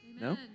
No